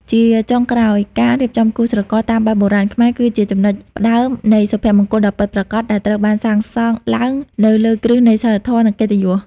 ជាចុងក្រោយ ការរៀបចំគូស្រករតាមបែបបុរាណខ្មែរ គឺជា "ចំណុចផ្ដើមនៃសុភមង្គលដ៏ពិតប្រាកដ" ដែលត្រូវបានសាងសង់ឡើងនៅលើគ្រឹះនៃសីលធម៌ និងកិត្តិយស។